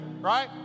right